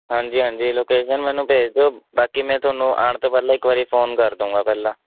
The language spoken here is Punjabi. ਹਾਂਜੀ ਹਾਂਜੀ ਲੋਕੇਸ਼ਨ ਮੈਨੂੰ ਭੇਜ ਦਿਓ ਬਾਕੀ ਮੈਂ ਤੁਹਾਨੂੰ ਆਉਣ ਤੋਂ ਪਹਿਲਾਂ ਇੱਕ ਵਾਰੀ ਫੋਨ ਕਰ ਦੂੰਗਾ ਪਹਿਲਾਂ